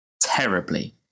terribly